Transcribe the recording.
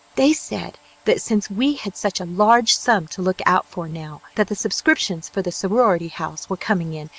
they said that since we had such a large sum to look out for now that the subscriptions for the sorority house were coming in,